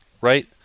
right